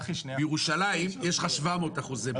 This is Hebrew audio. בירושלים יש לך 700% בנייה.